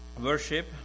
worship